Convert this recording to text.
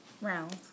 rounds